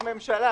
זו עמדת ממשלה.